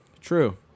True